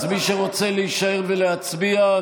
אז מי שרוצה להישאר ולהצביע,